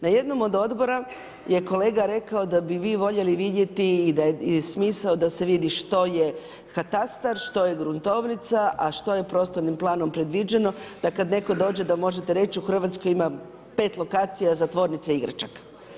Na jednom od odbora je kolega rekao da bi vi voljeli vidjeti i da je smisao da se vidi što je katastar, što je gruntovnica a što je prostornim planom predviđeno da kada netko dođe da možete reći u Hrvatskoj ima 5 lokacija za tvornice igračaka.